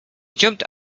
jumped